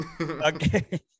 Okay